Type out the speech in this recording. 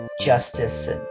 justice